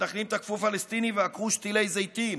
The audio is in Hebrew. מתנחלים תקפו פלסטיני ועקרו שתילי זיתים,